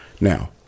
Now